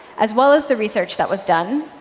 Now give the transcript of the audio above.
as well as the research that was done,